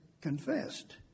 confessed